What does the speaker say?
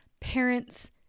Parents